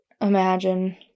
imagine